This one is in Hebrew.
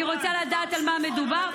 אני רוצה לדעת על מה מדובר.